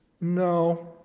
no